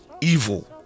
evil